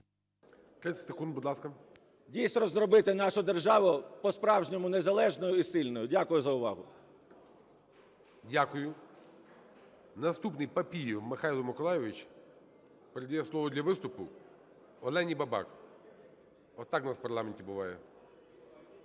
Дійсно, зробити нашу державу по-справжньому незалежною і сильною. Дякую за увагу. ГОЛОВУЮЧИЙ. Дякую. Наступний - Папієв Михайло Миколайович. Передає слово для виступу Олені Бабак. Отак у нас в парламенті буває.